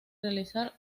realizar